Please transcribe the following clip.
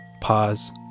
pause